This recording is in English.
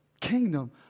kingdom